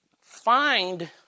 find